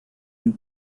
and